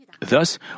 Thus